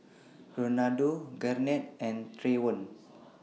Renaldo Garnett and Trayvon